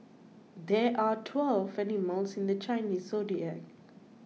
there are twelve animals in the Chinese zodiac